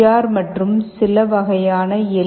R மற்றும் சில வகையான எல்